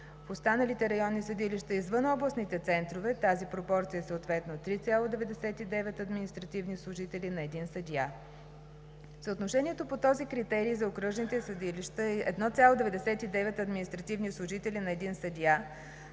В останалите районни съдилища извън областните центрове тази пропорция е съответно 3,99 административни служители на един съдия. Съотношението по този критерий за окръжните съдилища е 1,99 административни служители на един съдия,